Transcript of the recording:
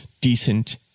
decent